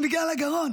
בגלל הגרון.